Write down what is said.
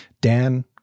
Dan